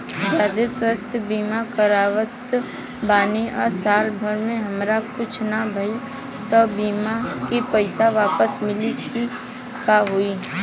जदि स्वास्थ्य बीमा करावत बानी आ साल भर हमरा कुछ ना भइल त बीमा के पईसा वापस मिली की का होई?